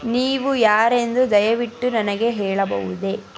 ನೀವು ಯಾರೆಂದು ದಯವಿಟ್ಟು ನನಗೆ ಹೇಳಬಹುದೆ